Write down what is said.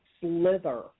slither